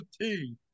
tea